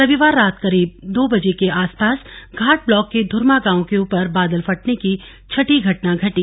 रविवार रात करीब दो बजे के आसपास घाट ब्लाक के धूर्मा गांव के ऊपर बादल फटने की छठी घटना घटी